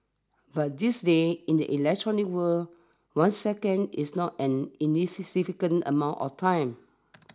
but these days in the electronic world one second is not an amount of time